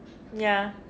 ya